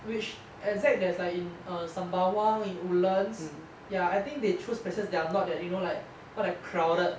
which exact there's like in err sembawang in woodlands ya I think they choose places that are not that you know like not that crowded